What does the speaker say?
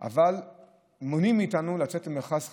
בסך הכול, אבל מונעים מאיתנו לצאת למכרז חדש,